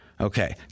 Okay